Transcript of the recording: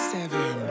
Seven